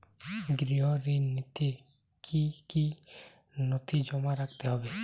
গৃহ ঋণ নিতে কি কি নথি জমা রাখতে হবে?